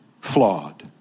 flawed